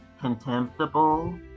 contemptible